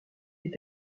est